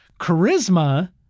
Charisma